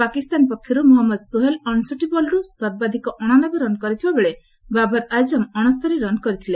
ପାକିସ୍ତାନ ପକ୍ଷରୁ ମହଜ୍ଞଦ ସୋହେଲ୍ ଅଣଷଠି ବଲ୍ରୁ ସର୍ବାଧିକ ଅଣାନବେ ରନ୍ କରିଥିବାବେଳେ ବାବର ଆଜମ୍ ଅଶସ୍ତରି ରନ୍ କରିଥିଲେ